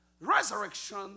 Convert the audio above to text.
resurrection